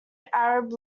arab